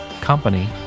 company